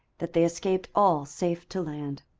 that they escaped all safe to land.